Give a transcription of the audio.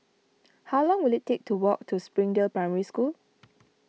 how long will it take to walk to Springdale Primary School